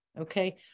Okay